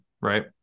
right